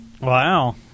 Wow